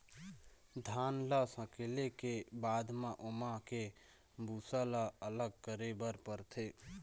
धान ल सकेले के बाद म ओमा के भूसा ल अलग करे बर परथे